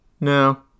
no